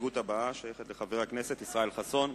ההסתייגות הבאה, של חבר הכנסת ישראל חסון.